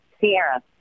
Sierra